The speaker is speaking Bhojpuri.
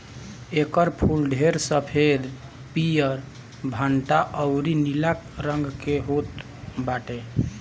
एकर फूल ढेर सफ़ेद, पियर, भंटा अउरी नीला रंग में होत बाटे